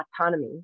autonomy